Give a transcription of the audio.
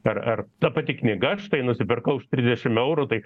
ar ar ta pati knyga štai nusipirkau už trisdešim eurų taip